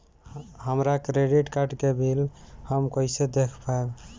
हमरा credit card के bill हम कइसे देख पाएम?